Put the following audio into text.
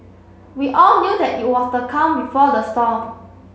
we all knew that it was the calm before the storm